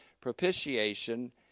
propitiation